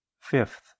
Fifth